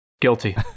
guilty